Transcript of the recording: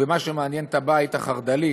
ומה שמעניין את הבית החרד"לי